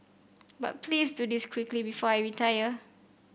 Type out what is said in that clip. but please do this quickly before I retire